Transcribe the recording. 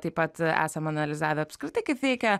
taip pat esam analizavę apskritai kaip veikia